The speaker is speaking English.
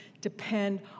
depend